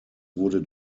wurde